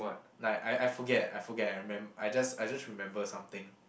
like I I forget I forget I remem~ I just I just remember something